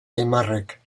aimarrek